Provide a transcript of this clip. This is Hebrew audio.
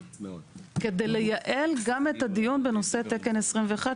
כדי לייעל גם את הדיון בנושא תקן 21,